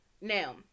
Now